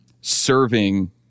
serving